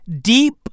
deep